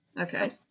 Okay